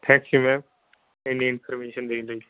thanks ਆ ma'am ਇੰਨੀ information ਦੇਣ ਲਈ